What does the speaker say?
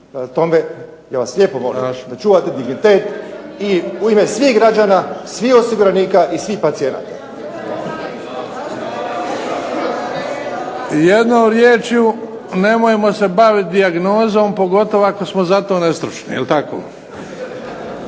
tome, ja vas lijepo molim da očuvate dignitet u ime svih građana, svih osiguranika i svih pacijenata. **Bebić, Luka (HDZ)** Jednom riječju nemojmo se baviti dijagnozom pogotovo ako smo za to nestručni, je li tako?